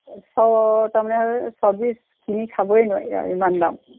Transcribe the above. সব তাৰমানে চব্জি কিনি খাবই নোৱাৰি আৰু ইমান দাম